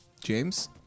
James